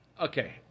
Okay